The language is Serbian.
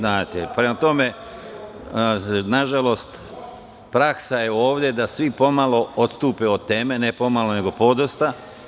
Nažalost, praksa je ovde da svi pomalo odstupe od teme, ne pomalo nego podosta.